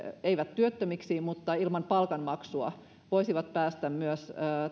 eivät työttömiksi mutta olemaan ilman palkanmaksua voisivat myös